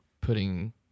putting